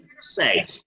say